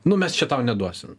nu mes čia tau neduosim